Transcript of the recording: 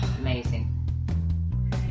Amazing